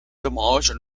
demolished